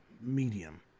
medium